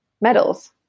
medals